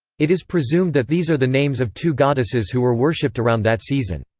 it is presumed that these are the names of two goddesses who were worshipped around that season.